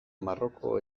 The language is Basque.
maroko